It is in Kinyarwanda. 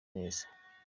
neza